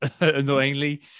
annoyingly